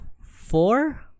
four